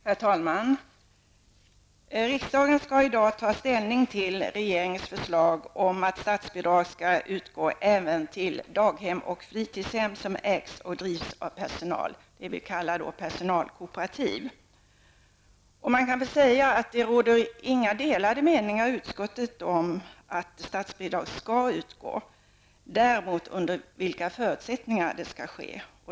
Herr talman! Riksdagen skall i dag ta ställning till regeringens förslag om att statsbidrag skall utgå även till daghem och fritidshem som ägs och drivs av personal, dvs. personalkooperativ. Det råder i utskottet inga delade meningar om att statsbidrag skall utgå, däremot om under vilka förutsättningar det skall ske.